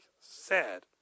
Sad